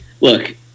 look